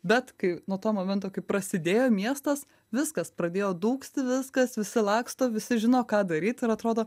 bet kai nuo to momento kai prasidėjo miestas viskas pradėjo dūgzti viskas visi laksto visi žino ką daryt ir atrodo